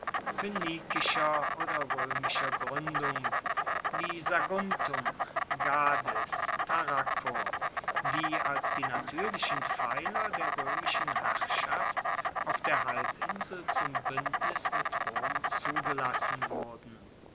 phoenikischer oder roemischer gruendung wie saguntum gades tarraco die als die natuerlichen pfeiler der roemischen herrschaft auf der halbinsel zum buendnis mit rom zugelassen wurden